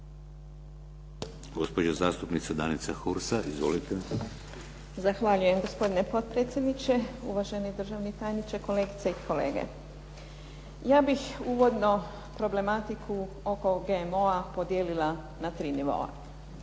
Gospođa zastupnica Danica Hursa. Izvolite. **Hursa, Danica (HNS)** Zahvaljujem gospodine potpredsjedniče, uvaženi državni tajniče, kolegice i kolege. Ja bih uvodno problematiku oko GMO-a podijelila na 3 nivoa.